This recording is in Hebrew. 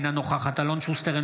אינה נוכחת אלון שוסטר,